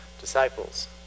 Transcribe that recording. disciples